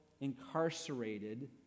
incarcerated